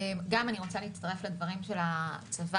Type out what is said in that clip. אני רוצה להצטרף לדברים של הצבא,